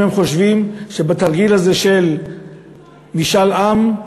אם הם חושבים שבתרגיל הזה של משאל עם,